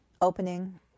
opening